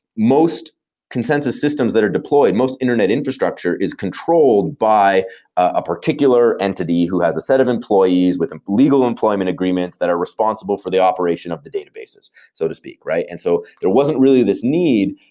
most consensus systems that are deployed, most internet infrastructure is controlled by a particular entity who has a set of employees with and legal employment agreements that are responsible for the operation of the databases so to speak, right? and so wasn't really this need,